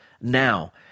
now